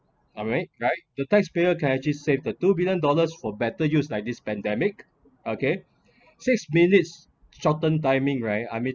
alright right the taxpayer can actually save the two billion dollars for better use like this pandemic okay six minutes shorten timing right I mean